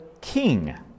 king